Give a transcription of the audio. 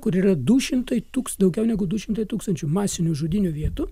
kur yra du šimtai tūks daugiau negu du šimtai tūkstančių masinių žudynių vietų